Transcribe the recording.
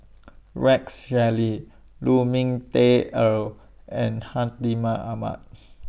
Rex Shelley Lu Ming Teh Earl and Hartimah Ahmad